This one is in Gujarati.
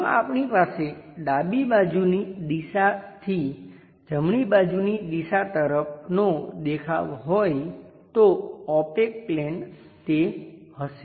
જો આપણી પાસે ડાબી બાજુની દિશાથી જમણી બાજુની દિશા તરફનો દેખાવ હોય તો ઓપેક પ્લેન તે હશે